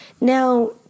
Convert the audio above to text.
Now